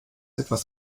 etwas